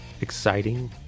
exciting